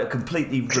completely